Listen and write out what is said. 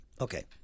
Okay